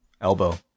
elbow